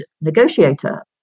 negotiator